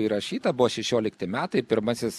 įrašyta buvo šešiolikti metai pirmasis